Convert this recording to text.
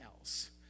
else